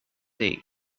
day